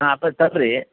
हा तर्हि